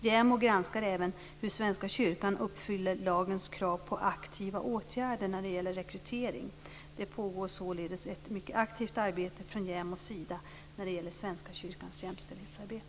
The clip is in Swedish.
JämO granskar även hur Svenska kyrkan uppfyller lagens krav på aktiva åtgärder när det gäller rekrytering. Det pågår således ett mycket aktivt arbete från JämO:s sida när det gäller Svenska kyrkans jämställdhetsarbete.